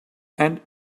and